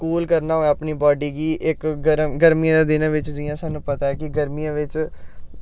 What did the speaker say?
cool करना होऐ अपनी बॉडी गी इक गर्मीियें दे दिनें बिच्च जियां सानू पता ऐ कि गर्मियैं बिच्च